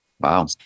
Wow